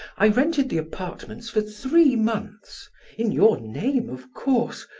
i rented the apartments for three months in your name, of course,